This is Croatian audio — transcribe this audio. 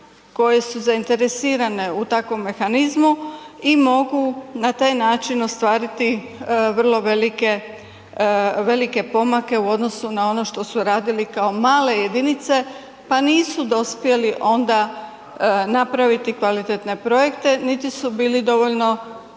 koje su zainteresirane u takvom mehanizmu i mogu na taj način ostvariti vrlo velike, velike pomake u odnosu na ono što su radile kao male jedinice pa nisu dospjeli onda napraviti kvalitetne projekte niti su bili dovoljno